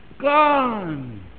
Gone